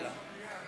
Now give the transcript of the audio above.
יודע.